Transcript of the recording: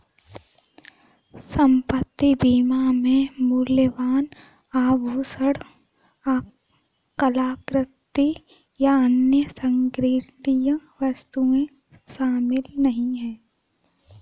संपत्ति बीमा में मूल्यवान आभूषण, कलाकृति, या अन्य संग्रहणीय वस्तुएं शामिल नहीं हैं